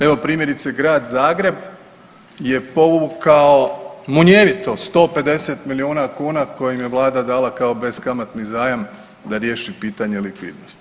Evo primjerice Grad Zagreb je povukao munjevito 150 milijuna kuna koji im je Vlada dala kao beskamatni zajam da riješi pitanje likvidnosti.